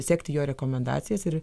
sekti jo rekomendacijas ir